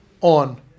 on